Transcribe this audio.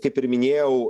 kaip ir minėjau